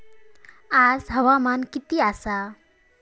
आज हवामान किती आसा?